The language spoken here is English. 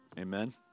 Amen